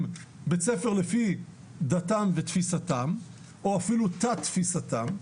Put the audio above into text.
בית-ספר לפי דתם ותפיסתם או אפילו תת תפיסתם,